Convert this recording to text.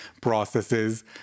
processes